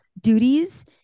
duties